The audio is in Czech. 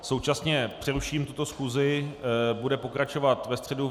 Současně přeruším tuto schůzi, bude pokračovat ve středu v 9 hodin.